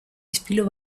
ispilu